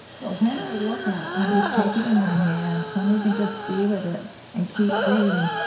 but when we look at it, when we take it in our hands, when we can just be with it and keep breathing,